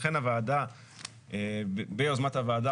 לכן הוועדה - ביוזמת הוועדה,